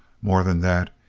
more than that,